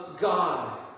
God